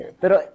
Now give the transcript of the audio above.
Pero